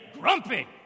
grumpy